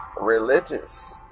religious